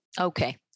Okay